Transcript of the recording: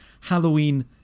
Halloween